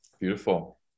Beautiful